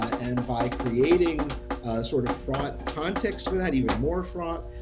and by creating sort of fraught context for that, even more fraught,